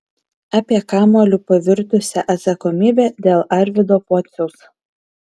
apie kamuoliu pavirtusią atsakomybę dėl arvydo pociaus